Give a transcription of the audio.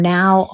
now